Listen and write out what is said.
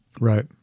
Right